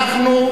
אנחנו,